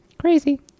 Crazy